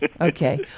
Okay